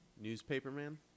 Newspaperman